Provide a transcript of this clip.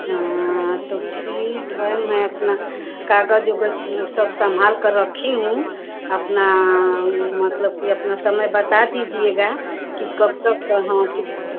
हाँ तो ठीक है मैं अपना काग़ज़ ओगज़ सब संभाल कर रखी हूँ अपना मतलब कि अपना समय बता दीजिएगा कि कब तक कहाँ कितने